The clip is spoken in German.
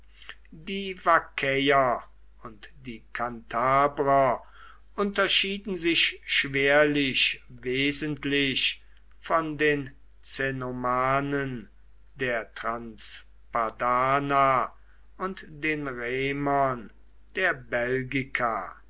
die vaccäer und die kantabrer unterschieden sich schwerlich wesentlich von den cenomanen der transpadana und den remern der belgica